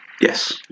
Yes